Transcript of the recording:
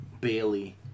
Bailey